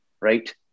right